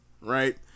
right